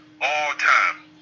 all-time